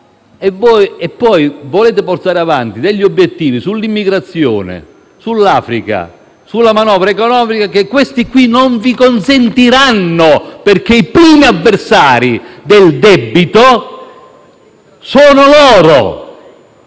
e poi volete portare avanti degli obiettivi sull'immigrazione, sull'Africa e sulla manovra economica che essi stessi non vi consentiranno, perché i primi avversari del debito sono proprio